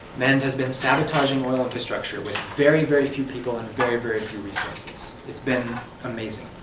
mend has been sabotaging oil infrastructure with very very few people and very very few resources. it's been amazing.